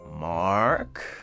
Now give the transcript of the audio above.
Mark